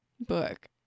Book